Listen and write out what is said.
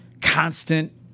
constant